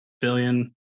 billion